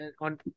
on